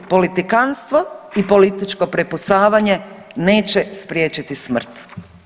Politikanstvo i političko prepucavanje neće spriječiti smrt.